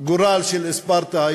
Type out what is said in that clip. הגורל של ספרטה.